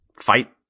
fight